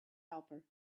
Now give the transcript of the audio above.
helper